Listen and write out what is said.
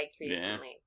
recently